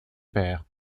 père